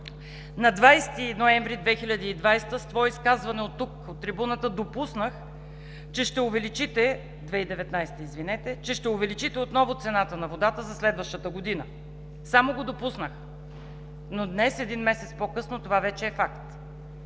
На 20 ноември 2019 г. в свое изказване оттук, от трибуната, допуснах, че ще увеличите отново цената на водата за следващата година. Само го допуснах, но днес – един месец по-късно, това вече е факт.